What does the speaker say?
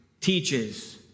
teaches